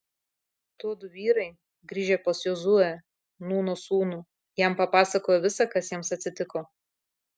tuodu vyrai grįžę pas jozuę nūno sūnų jam papasakojo visa kas jiems atsitiko